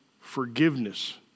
forgiveness